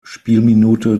spielminute